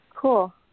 Cool